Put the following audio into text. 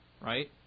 right